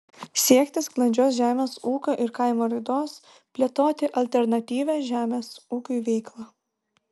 siekti sklandžios žemės ūkio ir kaimo raidos plėtoti alternatyvią žemės ūkiui veiklą